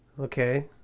Okay